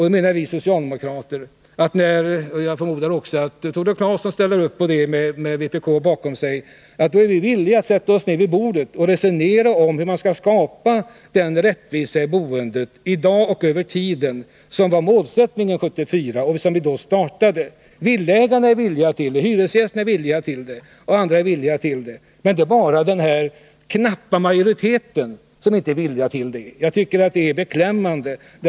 Därför är vi socialdemokrater — jag förmodar att också Tore Claeson ställer upp på det, med vpk bakom sig — villiga att sätta oss ned vid bordet och resonera om hur man skall skapa den rättvisa i boendet, i dag och över tiden, som var målsättningen 1974 och som vi då började arbeta med att förverkliga. Villaägarna, hyresgästerna och andra grupper är villiga till det. Det är bara den här knappa majoriteten som inte är villig till det. Jag tycker det är beklämmande.